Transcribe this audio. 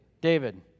David